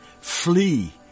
Flee